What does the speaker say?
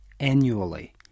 annually